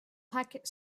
packet